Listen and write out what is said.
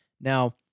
Now